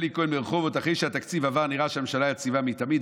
אלי כהן מרחובות: אחרי שהתקציב עבר נראה שהממשלה יציבה מתמיד.